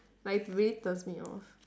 like it really turns me off